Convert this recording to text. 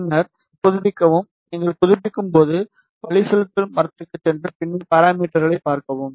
பின்னர் புதுப்பிக்கவும் நீங்கள் புதுப்பிக்கும்போது வழிசெலுத்தல் மரத்திற்குச் சென்று பின்னர் பாராமீட்டர்களை பார்க்கவும்